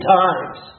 times